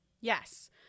Yes